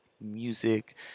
music